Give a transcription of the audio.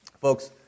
Folks